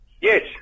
Yes